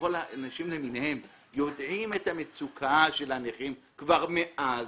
וכל האנשים למיניהם יודעים על המצוקה של הנכים כבר מאז,